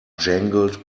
jangled